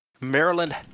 Maryland